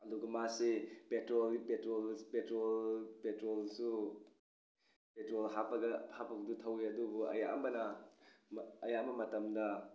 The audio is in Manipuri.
ꯑꯗꯨꯒ ꯃꯥꯁꯦ ꯄꯦꯇ꯭ꯔꯣꯜ ꯄꯦꯇ꯭ꯔꯣꯜ ꯄꯦꯇ꯭ꯔꯣꯜꯁꯨ ꯄꯦꯇ꯭ꯔꯣꯜ ꯍꯥꯞꯄꯒ ꯊꯧꯕ ꯌꯥꯏ ꯑꯗꯨꯕꯨ ꯑꯗꯒꯤ ꯑꯃꯅ ꯑꯌꯥꯝꯕ ꯃꯇꯝꯗ